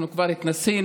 אנחנו כבר התנסינו,